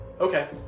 Okay